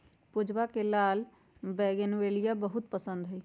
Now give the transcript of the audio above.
पूजवा के लाल बोगनवेलिया बहुत पसंद हई